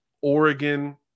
Oregon